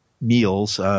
meals –